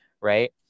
Right